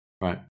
Right